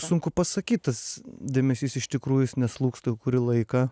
sunku pasakyti tas dėmesys iš tikrųjų jis neslūgsta jau kurį laiką